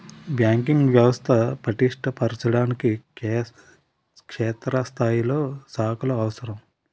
banking వ్యవస్థ పటిష్ట పరచడానికి క్షేత్రస్థాయిలో శాఖలు అవసరం